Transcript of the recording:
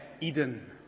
Eden